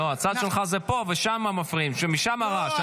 לא, הצד שלך הוא פה, ושם מפריעים, משם הרעש.